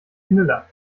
knüller